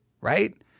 right